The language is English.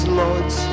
lords